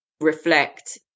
reflect